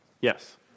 Yes